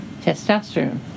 Testosterone